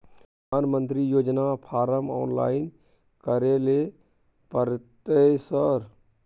प्रधानमंत्री योजना फारम ऑनलाइन करैले परतै सर?